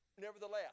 nevertheless